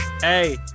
Hey